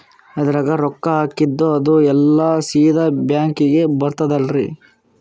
ಅದ್ರಗ ರೊಕ್ಕ ಹಾಕಿದ್ದು ಅದು ಎಲ್ಲಾ ಸೀದಾ ಬ್ಯಾಂಕಿಗಿ ಬರ್ತದಲ್ರಿ?